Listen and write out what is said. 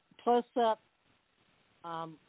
close-up